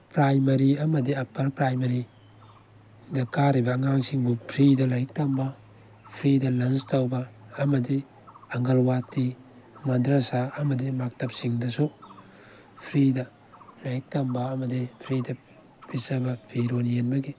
primary ꯑꯃꯗꯤ upper ꯄ꯭ꯔꯥꯏꯃꯔꯤꯗ ꯀꯔꯤꯕ ꯑꯉꯥꯡꯁꯤꯡꯕꯨ ꯐ꯭ꯔꯤꯗ ꯂꯥꯏꯔꯤꯛ ꯇꯝꯕ ꯐ꯭ꯔꯤꯗ ꯂꯟꯁ ꯇꯧꯕ ꯑꯃꯗꯤ ꯑꯡꯒꯜꯋꯗꯤ ꯃꯥꯗ꯭ꯔꯥꯁꯥ ꯑꯃꯗꯤ ꯃꯥꯛꯇꯞꯁꯤꯡꯗꯁꯨ ꯐ꯭ꯔꯤꯗ ꯂꯥꯏꯔꯤꯛ ꯇꯝꯕ ꯑꯃꯗꯤ ꯐ꯭ꯔꯤꯗ ꯄꯤꯖꯕ ꯐꯤꯔꯣꯟ ꯌꯦꯟꯕꯒꯤ